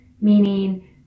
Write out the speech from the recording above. Meaning